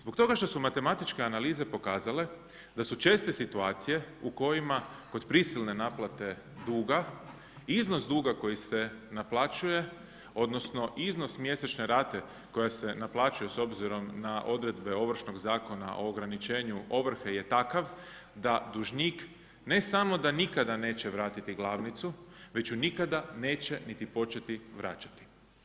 Zbog toga što su matematičke analize pokazale da su česte situacije u kojima kod prisilne naplate duga iznos duga koji se naplaćuje odnosno iznos mjesečne rate koja se naplaćuje s obzirom na odredbe Ovršnog zakona o ograničenju ovrhe je takav da dužnik ne samo da nikada neće vratiti glavnicu već ju nikada neće niti početi vraćati.